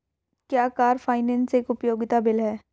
क्या car finance एक उपयोगिता बिल है?